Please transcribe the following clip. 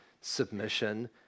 submission